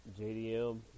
JDM